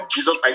Jesus